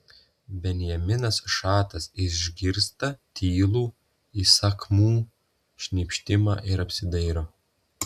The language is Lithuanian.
benjaminas šatas išgirsta tylų įsakmų šnypštimą ir apsidairo